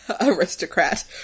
Aristocrat